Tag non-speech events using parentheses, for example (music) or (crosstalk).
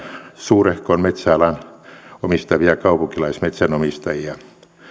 suurehkon metsäalan omistavia kaupunkilaismetsänomistajia (unintelligible)